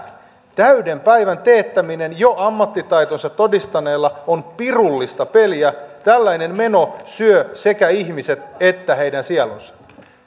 täyden päivän teettäminen jo ammattitaitonsa todistaneella on pirullista peliä tällainen meno syö sekä ihmiset että heidän sielunsa